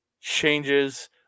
changes